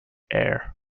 air